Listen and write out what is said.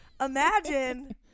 imagine